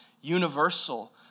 universal